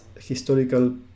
historical